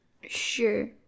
Sure